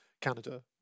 Canada